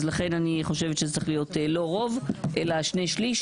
אז לכן אני חושבת שזה צריך להיות לא רוב אלא שני שליש,